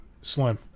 Slim